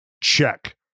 Check